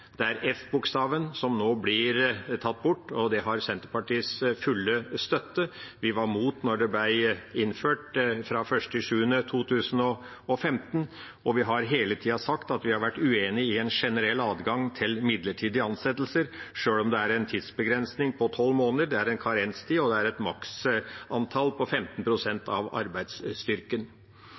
Det er bokstav f som nå blir tatt bort, og det har Senterpartiets fulle støtte. Vi var imot da den ble innført fra 1. juli 2015, og vi har hele tida sagt at vi har vært uenig i en generell adgang til midlertidige ansettelser, sjøl om det er en tidsbegrensning på tolv måneder, det er en karenstid, og det er et maks antall på 15 pst. av arbeidsstyrken.